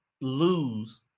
lose